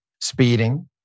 speeding